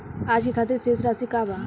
आज के खातिर शेष राशि का बा?